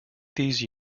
these